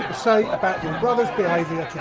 say about your brother's behaviour today